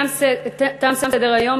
תם סדר-היום.